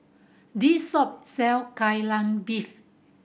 this shop sell Kai Lan Beef